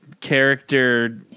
character